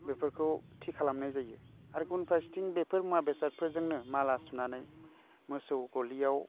बेफोरखौ थि खालामनाय जायो आरो गुबुन फारसेथिं बेफोर मुवा बेसादफोरजोंनो माला सुनानै मोसौ गलियाव